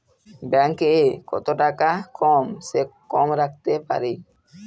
Bank এ কত টাকা কম সে কম রাখতে পারি?